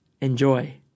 Enjoy